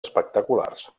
espectaculars